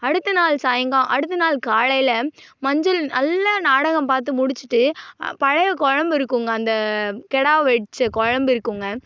அடுத்த நாள் சாய்ங்கா அடுத்த நாள் காலையில் மஞ்சள் நல்ல நாடகம் பார்த்து முடிச்சிட்டு பழையை குழம்பு இருக்குதுங்க அந்த கிடா வச்ச குழம்பு இருக்குதுங்க